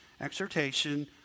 exhortation